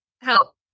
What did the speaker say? Help